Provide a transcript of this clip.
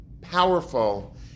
powerful